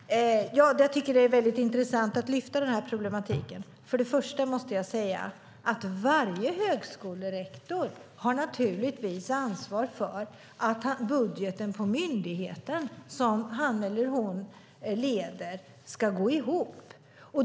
Fru talman! Jag tycker att det är väldigt intressant att lyfta den här problematiken. Först måste jag säga att varje högskolerektor naturligtvis har ansvar för att budgeten på myndigheten som han eller hon leder, ska gå ihop.